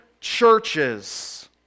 churches